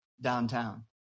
downtown